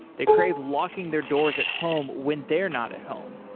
they crave locking their doors at home when they're not at home.